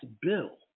bill